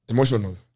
Emotional